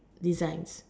designs